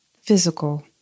physical